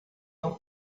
não